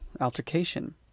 altercation